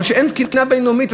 מכיוון שאין תקינה בין-לאומית.